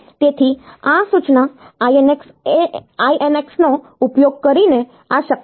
તેથી આ સૂચના INX નો ઉપયોગ કરીને આ શક્ય છે